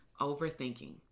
Overthinking